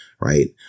right